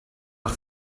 par